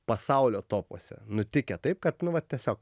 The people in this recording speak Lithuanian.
pasaulio topuose nutikę taip kad nu vat tiesiog